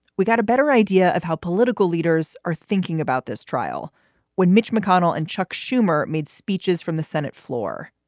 we got a better idea of how political leaders are thinking about this trial when mitch mcconnell and chuck schumer made speeches from the senate floor.